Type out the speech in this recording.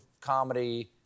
comedy